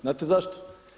Znate zašto?